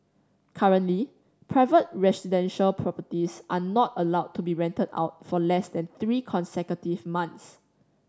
currently private residential properties are not allowed to be rented out for less than three consecutive months